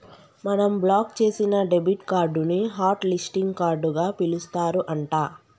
మనం బ్లాక్ చేసిన debit card ని హట్ లిస్టింగ్ కార్డుగా పిలుస్తారు అంట